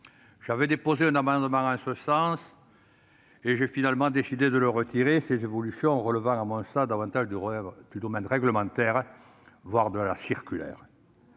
J'avais déposé un amendement en ce sens, que j'ai finalement décidé de retirer, une telle évolution relevant selon moi davantage du domaine réglementaire, voire du niveau de la circulaire.